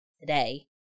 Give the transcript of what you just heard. today